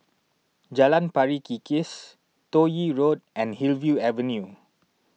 Jalan Pari Kikis Toh Yi Road and Hillview Avenue